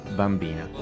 bambina